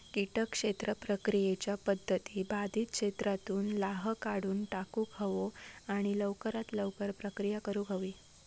किटक क्षेत्र प्रक्रियेच्या पध्दती बाधित क्षेत्रातुन लाह काढुन टाकुक हवो आणि लवकरात लवकर प्रक्रिया करुक हवी